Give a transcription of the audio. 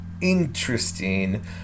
interesting